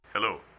Hello